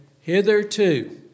Hitherto